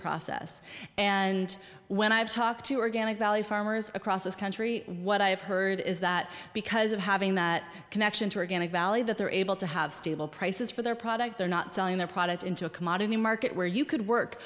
process and when i've talked to organic valley farmers across this country what i have heard is that because of having that connection to organic valley that they're able to have stable prices for their product they're not selling their product into a commodity market where you could work